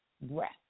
breath